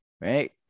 right